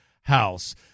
house